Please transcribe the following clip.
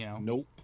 Nope